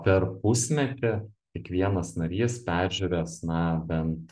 per pusmetį kiekvienas narys peržiūrės na bent